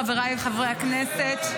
חבריי חברי הכנסת,